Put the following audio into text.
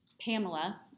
Pamela